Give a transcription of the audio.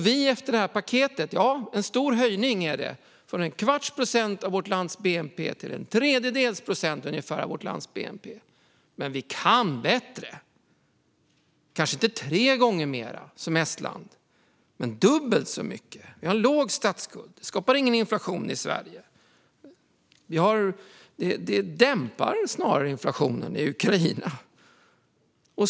Det här paketet innebär en stor höjning från en kvarts procent till ungefär en tredjedels procent av vårt lands bnp, men vi kan bättre! Kanske inte tre gånger mer, som Estlands nivå, men dubbelt så mycket. Vi har en låg statsskuld, så det skapar ingen inflation i Sverige. Det dämpar snarare inflationen i Ukraina.